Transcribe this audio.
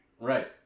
Right